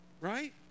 right